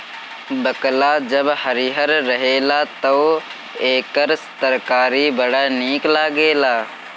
बकला जब हरिहर रहेला तअ एकर तरकारी बड़ा निक लागेला